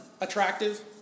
attractive